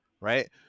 right